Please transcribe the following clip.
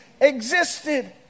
existed